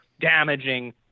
damaging